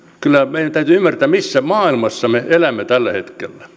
meidän täytyy ymmärtää missä maailmassa me elämme tällä hetkellä